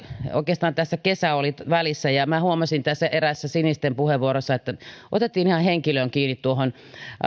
oikeastaan tässä kesä oli välissä ja minä huomasin tässä eräässä sinisten puheenvuorossa että otettiin ihan henkilöön kiinni